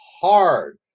hard